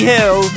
Hill